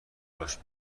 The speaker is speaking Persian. رشد